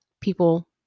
people